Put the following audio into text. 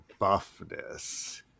buffness